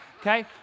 okay